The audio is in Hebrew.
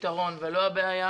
הפתרון ולא הבעיה